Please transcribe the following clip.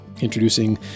introducing